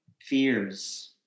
fears